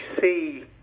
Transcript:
see